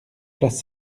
place